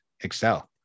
excel